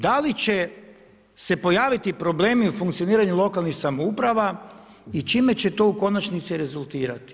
Da li će se pojaviti problemi u funkcioniranju lokalnih samouprava i čime će to u konačnici rezultirati?